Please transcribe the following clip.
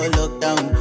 lockdown